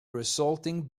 resulting